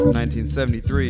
1973